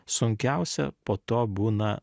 sunkiausia po to būna